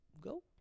Go